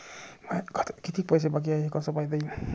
माया खात्यात कितीक पैसे बाकी हाय हे कस पायता येईन?